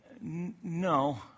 No